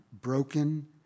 broken